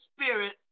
spirit